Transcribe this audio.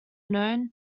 known